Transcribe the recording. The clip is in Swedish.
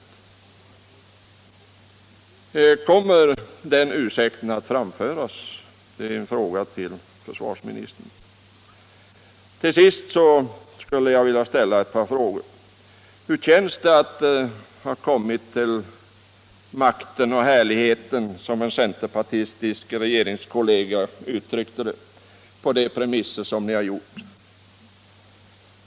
Kommer den ursäkten att framföras, herr försvarsminister? Till sist skulle jag vilja ställa ett par frågor: Hur känns det att ha kommit till makten och härligheten, som en centerpartistisk regeringskollega uttryckte det, på sådana premisser?